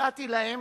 והצעתי להם